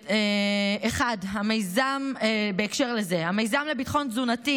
1. בהקשר לזה, המיזם לביטחון תזונתי